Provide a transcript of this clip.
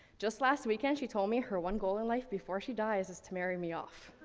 just last weekend, she told me her one goal in life before she dies is to marry me off.